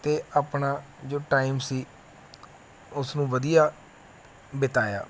ਅਤੇ ਆਪਣਾ ਜੋ ਟਾਈਮ ਸੀ ਉਸ ਨੂੰ ਵਧੀਆ ਬਿਤਾਇਆ